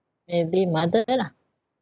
maybe mother lah